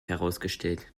herausgestellt